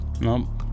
No